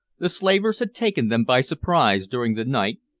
the slavers had taken them by surprise during the night,